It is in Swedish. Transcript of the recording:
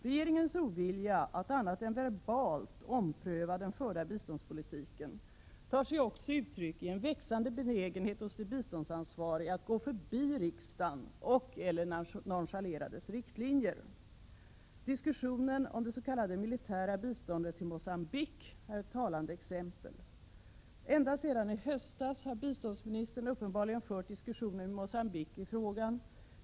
Regeringens ovilja att annat än verbalt ompröva den förda biståndspolitiken tar sig också uttryck i en växande benägenhet hos de biståndsansvariga att gå förbi riksdagen och/eller nonchalera dess riktlinjer. Diskussionen om det s.k. militära biståndet till Mogambique är ett talande exempel. Ända sedan i höstas har biståndsministern uppenbarligen fört diskussioner med Mogambique i frågan.